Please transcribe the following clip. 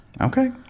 Okay